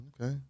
Okay